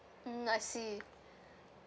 mm I see